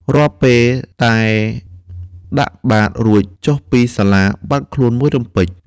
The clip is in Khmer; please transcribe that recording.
រាល់ពេល តែដាក់បាត្ររួចចុះពីសាលា បាត់ខ្លួនមួយរំពេច ។